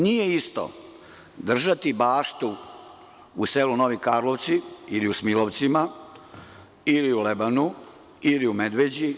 Nije isto držati baštu u selu Novi Karlovci ili u Smilovcima, ili u Lebanu, ili u Medveđi.